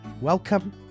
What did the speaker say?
Welcome